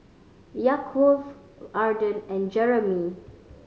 Yaakov Arden and Jeromy